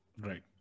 Right